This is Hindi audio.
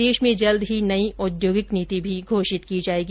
देश में जल्द ही नई औद्योगिक नीति भी घोषित की जायेगी